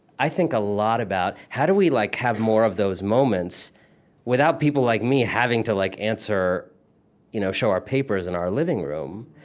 i think a lot about how do we like have more of those moments without people like me having to like answer you know show our papers in our living room,